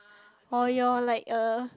or your like a